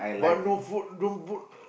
but no food don't put